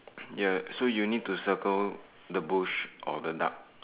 ya so you need to circle the bush or the duck